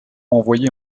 envoyés